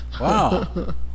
Wow